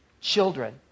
children